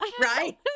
Right